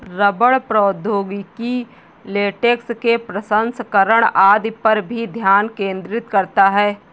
रबड़ प्रौद्योगिकी लेटेक्स के प्रसंस्करण आदि पर भी ध्यान केंद्रित करता है